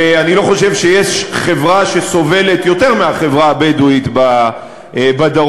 ואני לא חושב שיש חברה שסובלת יותר מהחברה הבדואית בדרום,